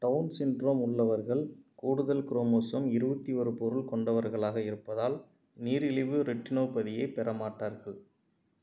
down syndrome உள்ளவர்கள் கூடுதல் chromosome இருபத்தி ஒரு பொருள் கொண்டவர்களாக இருப்பதால் நீரிழிவு ரெட்டினோபதியைப் பெற மாட்டார்கள்